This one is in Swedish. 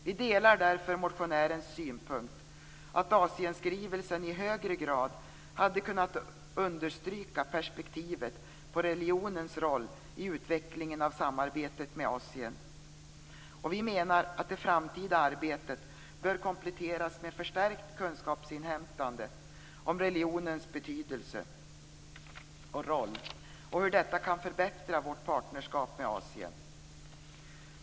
Vi delar därför motionärens synpunkt att Asienskrivelsen i högre grad hade kunnat understryka perspektivet på religionens roll i utvecklingen av samarbetet med Asien, och vi menar att det framtida arbetet bör kompletteras med förstärkt kunskapsinhämtande om religionens betydelse och roll och hur detta kan förbättra vårt partnerskap med Asien.